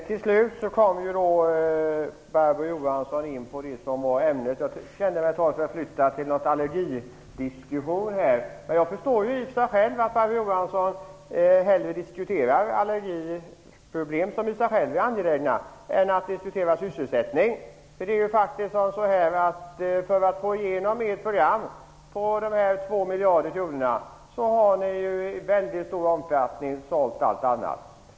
Herr talman! Barbro Johansson kom till slut in på det som var ämnet. Jag kände mig ett tag förflyttad till en allergidiskussion. Jag förstår i och för sig att Barbro Johansson hellre diskuterar allergiproblem, vilka i sig själv är angelägna, än att diskutera sysselsättning. För att få igenom ert program på 2 miljarder kronor har ni i mycket stor omfattning sålt allt annat.